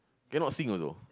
cannot sing also